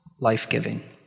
life-giving